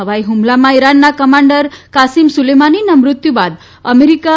હવાઇ ફ્મલામાં ઇરાનના commander Qasem સુલેમાનીના મૃત્યુ બાદ અમેરિકા